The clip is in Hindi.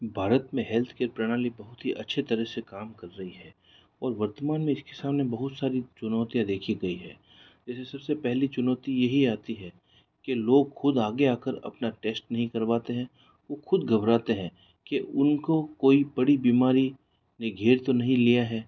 भारत में हेल्थ केयर प्रणाली बहुत ही अच्छे तरह से काम कर रही है और वर्तमान में इसके सामने बहुत सारी चुनौतियाँ देखी गई है जैसे सबसे पहली चुनौती यही आता है कि लोग खुद आगे आकर अपना टेस्ट नहीं करवाते हैं वो खुद घबराते हैं कि उनको कोई बड़ी बीमारी ने घेर तो नहीं लिया है